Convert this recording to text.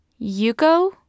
Yuko